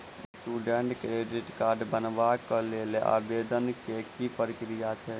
Student credit card बनेबाक लेल आवेदन केँ की प्रक्रिया छै?